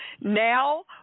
Now